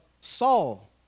Saul